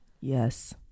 Yes